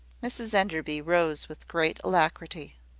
mrs enderby rose with great alacrity.